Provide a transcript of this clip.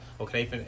okay